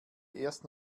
erst